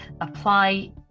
apply